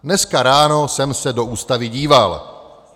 Dneska ráno jsem se do Ústavy díval.